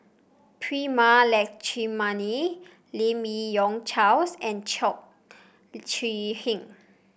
Prema Letchumanan Lim Yi Yong Charles and Chong Kee Hiong